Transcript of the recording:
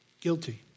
Guilty